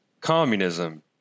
communism